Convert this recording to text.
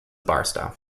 barstow